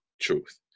truth